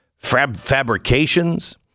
fabrications